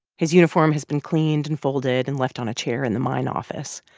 his uniform has been cleaned and folded and left on a chair in the mine office.